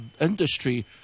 industry